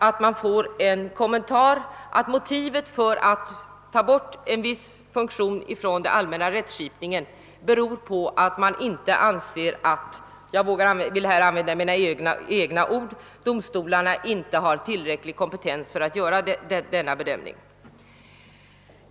Det är alltså underligt att anföra att motivet för att ta bort en viss funktion från den allmänna rättsskipningen är att man anser att — jag använder mina egna ord — domstolarna inte har tillräcklig kompetens för att göra denna bedömning.